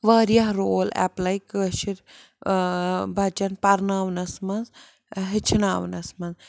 واریاہ رول اٮ۪لَے کٲشٕر بَچَن پَرناونَس منٛز ہیٚچھناونَس منٛز